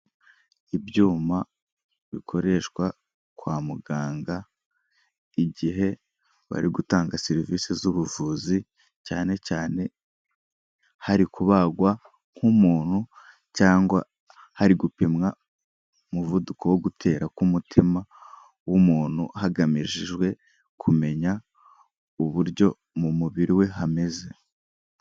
Ibyuma bikoreshwa kwa muganga igihe bari gutanga serivisi z'ubuvuzi cyane cyane hari kubagwa nk'umuntu cyangwa hari gupimwa umuvuduko wo gutera k'umutima w'umuntu, hagamijwe kumenya uburyo mu mubiri we hameze.